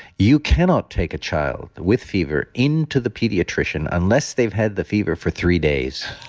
you cannot take a child with fever into the pediatrician unless they've had the fever for three days